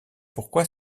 pourquoi